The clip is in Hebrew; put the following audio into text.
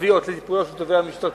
לטיפולו של תובע משטרתי".